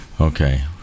Okay